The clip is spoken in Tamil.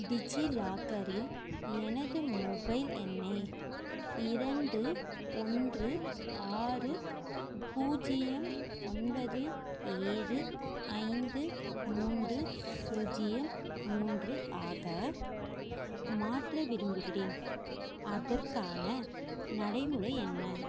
டிஜி லாக்கரில் எனது மொபைல் எண்ணை இரண்டு ஒன்று ஆறு பூஜ்யம் ஒன்பது ஏழு ஐந்து மூன்று பூஜ்யம் மூன்று ஆக மாற்ற விரும்புகிறேன் அதற்கான நடைமுறை என்ன